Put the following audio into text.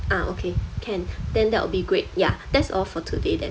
ah okay can then that will be great ya that's all for today then